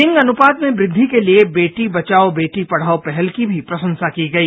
लिंग अनुपात में वृद्धि के लिए बेटी बचाओ बेटी पढ़ाओ पहल की भी प्रशंसा की गई